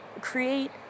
create